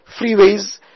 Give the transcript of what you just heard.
freeways